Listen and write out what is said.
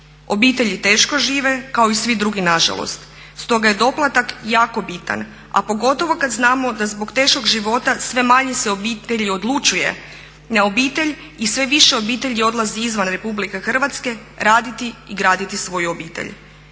Obitelji teško žive kao i svi drugi na žalost. Stoga je doplatak jako bitan, a pogotovo kad znamo da zbog teškog života sve manje se obitelji odlučuje na obitelj i sve više obitelji odlazi izvan RH raditi i graditi svoju obitelj.